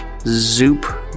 zoop